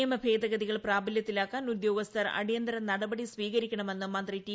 നിയമഭേദഗതികൾ പ്രാബല്യത്തിലാക്കാൻ ഉദ്യോഗസ്ഥർ അടിയന്തര നടപടി സ്വീകരിക്കണമെന്ന് മന്ത്രി റ്റി